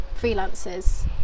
freelancers